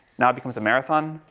now it becomes a marathon.